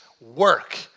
work